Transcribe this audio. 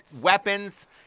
weapons